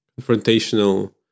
confrontational